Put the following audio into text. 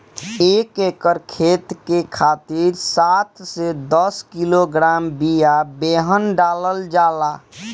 एक एकर खेत के खातिर सात से दस किलोग्राम बिया बेहन डालल जाला?